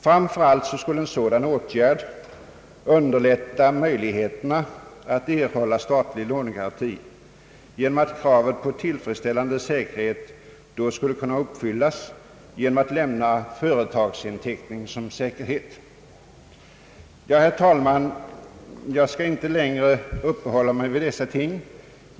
Framför allt skulle en sådan åtgärd underlätta möjligheterna att erhålla statlig lånegaranti, eftersom kravet på tillfredsställande säkerhet då skulle kunna uppfyllas genom att företagsinteckning lämnas. Ja, herr talman, jag skall inte längre uppehålla mig vid dessa ting.